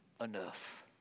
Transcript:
enough